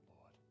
Lord